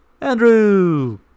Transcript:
Andrew